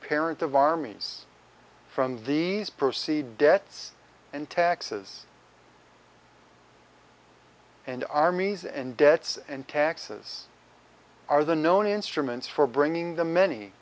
parent of armies from these proceed debts and taxes and armies and debts and taxes are the known instruments for bringing the many